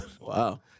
Wow